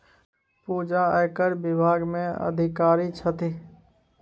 पूजा आयकर विभाग मे अधिकारी छथि